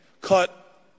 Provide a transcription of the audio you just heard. cut